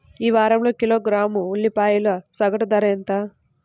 ఈ వారం కిలోగ్రాము ఉల్లిపాయల సగటు ధర ఎంత?